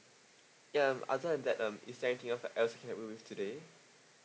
ya other than that um is there anything else like else can help you with today